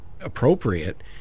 appropriate